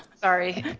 sorry.